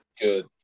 Good